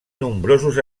nombrosos